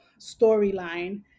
storyline